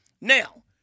Now